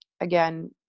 again